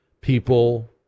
people